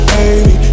Baby